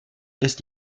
ist